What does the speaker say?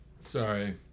Sorry